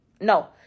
no